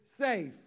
safe